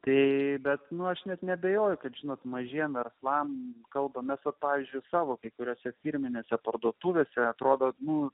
tai bet nuo aš net neabejoju kad žinot mažiems verslams kalbame su pačiu savo kai kuriose firminėse parduotuvėse atrodote nu